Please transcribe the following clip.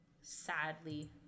sadly